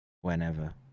whenever